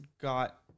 got